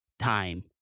time